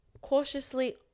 cautiously